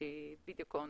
שהיא וידאו קונפרנס.